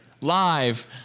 live